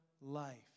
life